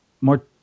more